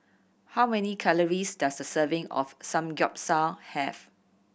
how many calories does a serving of Samgeyopsal have